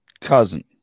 cousin